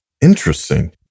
Interesting